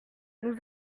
nous